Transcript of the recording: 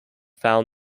found